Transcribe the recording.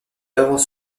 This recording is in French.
œuvres